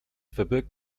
verbirgt